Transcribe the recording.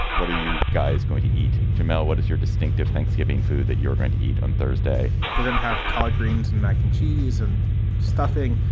what are you guys going to eat? jamal, what is your distinctive thanksgiving food that you're going to eat on thursday? we're going to have collard greens and mac and cheese and stuffing.